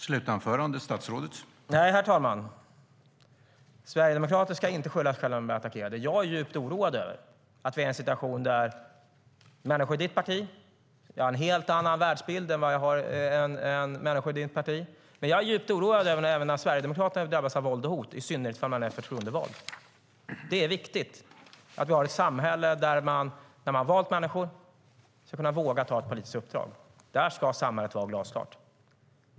Herr talman! Nej, sverigedemokrater ska inte skylla sig själva om de blir attackerade. Jag har en helt annan världsbild än människor i ditt parti, men jag är djupt oroad även när sverigedemokrater drabbas av våld och hot, i synnerhet ifall man är förtroendevald. Det är viktigt att vi har ett samhälle där de som har blivit valda ska kunna våga ta ett politiskt uppdrag. Där ska samhället vara glasklart.